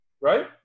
right